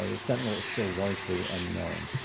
sentinel is still largely unknown,